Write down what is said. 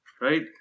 Right